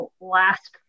last